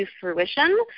fruition